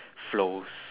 flows